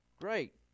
Great